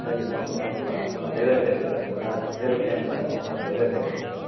तपाईँले फोन गर्नु भएकोमा धेरै धेरै धन्यवाद मेरो फ्यान भएकोमा धेरै धेरै धन्यवाद